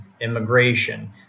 immigration